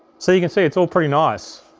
so you can see, it's all pretty nice.